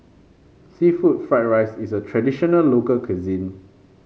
seafood Fried Rice is a traditional local cuisine